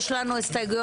יש לנו הסתייגויות,